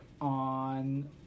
on